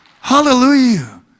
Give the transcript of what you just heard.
Hallelujah